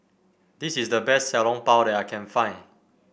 this is the best Xiao Long Bao that I can find